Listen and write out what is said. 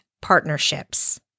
partnerships